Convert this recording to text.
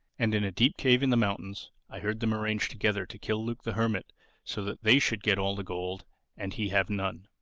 and in a deep cave in the mountains i heard them arrange together to kill luke the hermit so that they should get all the gold and he have none.